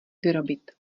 vyrobit